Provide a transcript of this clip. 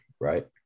right